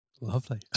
Lovely